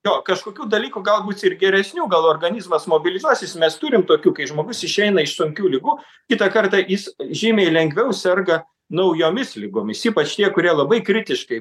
jo kažkokių dalykų gal bus ir geresnių gal organizmas mobilizuosis mes turim tokių kai žmogus išeina iš sunkių ligų kitą kartą jis žymiai lengviau serga naujomis ligomis ypač tie kurie labai kritiškai